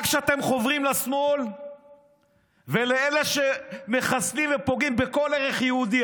רק כשאתם חוברים לשמאל ולאלה שמחסלים ופוגעים בכל ערך יהודי.